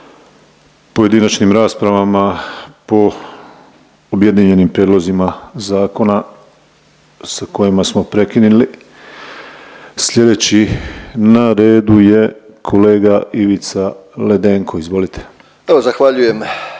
pojedinačnim raspravama po objedinjenim prijedlozima zakona sa kojima smo prekinili. Sljedeći na redu je kolega Ivica Ledenko. Izvolite. **Ledenko,